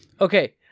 Okay